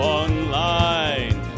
online